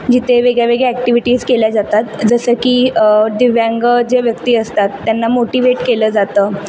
जिथे वेगळ्या वेगळ्या ॲक्टिविटीज केल्या जातात जसं की दिव्यांग जे व्यक्ती असतात त्यांना मोटिवेट केलं जातं